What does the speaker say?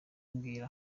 mbwira